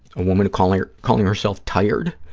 a woman calling calling herself tired.